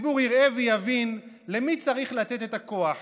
הציבור יראה ויבין למי צריך לתת את הכוח